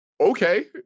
Okay